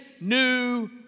new